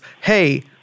hey